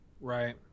Right